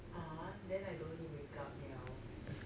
ah then I don't need to wake up liao